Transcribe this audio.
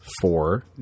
four